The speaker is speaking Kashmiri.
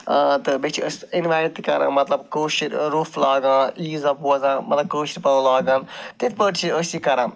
تہٕ بیٚیہِ چھِ أسۍ اِنوایِٹ تہِ کران مطلب کٲشِرۍ روٚف لاگان عیز دۄہ بوزان مطلب کٲشِرۍ پَلو لاگان تِتھۍ پٲٹھۍ چھِ أسۍ یہِ کران